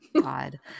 god